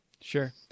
sure